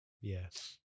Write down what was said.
Yes